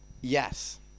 Yes